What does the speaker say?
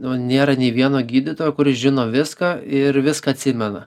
nu nėra nei vieno gydytojo kuris žino viską ir viską atsimena